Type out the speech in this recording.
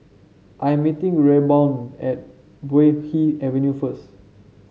I am meeting Rayburn at Puay Hee Avenue first